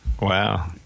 Wow